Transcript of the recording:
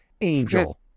Angel